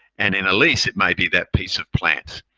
and in a lease, it may be that piece of plant.